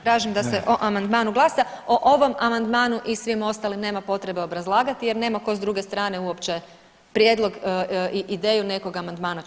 Tražim da se o amandmanu glasa o ovom amandmanu i svim ostalim nema potrebe obrazlagati jer nema tko s druge strane uopće prijedlog i ideju nekog amandmana čuti.